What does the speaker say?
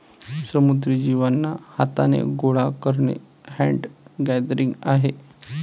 समुद्री जीवांना हाथाने गोडा करणे हैंड गैदरिंग आहे